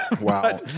Wow